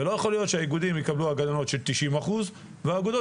ולא יכול להיות שהאיגודים יקבלו הגנות של 90% והאגודות